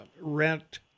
rent